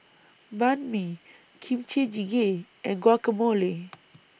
Banh MI Kimchi Jjigae and Guacamole